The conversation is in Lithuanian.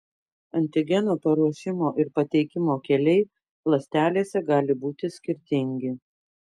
antigeno paruošimo ir pateikimo keliai ląstelėse gali būti skirtingi